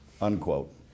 unquote